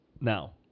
now